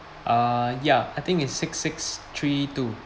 uh ya I think it's six six three two